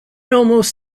almost